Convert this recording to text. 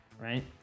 right